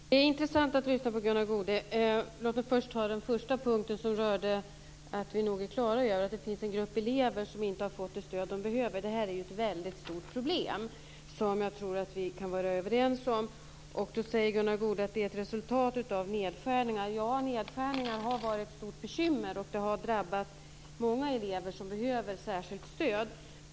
Fru talman! Det är intressant att lyssna på Gunnar Goude. Jag ska först ta upp den första punkten som rörde att vi nog är på det klara med att det finns en grupp elever som inte har fått det stöd som de behöver. Det är ju ett väldigt stort problem som jag tror att vi kan vara överens om. Gunnar Goude säger att det är ett resultat av nedskärningar. Ja, nedskärningar har varit ett stort bekymmer, och de har drabbat många elever som behöver särskilt stöd.